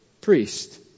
priest